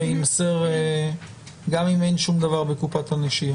יימסר גם אם אין שום דבר בקופת הנשייה.